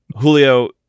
Julio